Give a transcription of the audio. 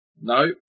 No